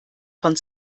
von